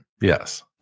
Yes